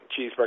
Cheeseburger